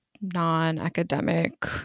non-academic